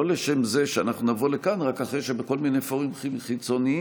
לא לשם זה שאנחנו נבוא לכאן רק אחרי שבכל מיני פורומים חיצוניים